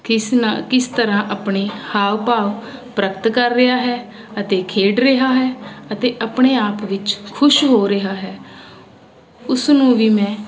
ਕਿਸ ਨਾਲ ਕਿਸ ਤਰ੍ਹਾਂ ਆਪਣੇ ਹਾਵ ਭਾਵ ਪ੍ਰਗਟ ਕਰ ਰਿਹਾ ਹੈ ਅਤੇ ਖੇਡ ਰਿਹਾ ਹੈ ਅਤੇ ਆਪਣੇ ਆਪ ਵਿੱਚ ਖੁਸ਼ ਹੋ ਰਿਹਾ ਹੈ ਉਸ ਨੂੰ ਵੀ ਮੈਂ